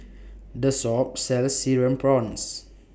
This Shop sells Cereal Prawns